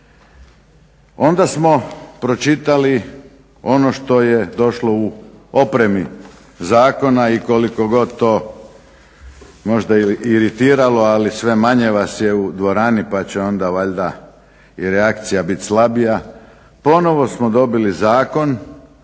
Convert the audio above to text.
Onda smo pročitali ono što je došlo u opremi zakon i koliko god to možda iritiralo ali sve manje vas je u dvorani pa će onda valjda i reakcija biti slabija. Ponovo smo dobili zakon